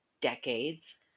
decades